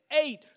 eight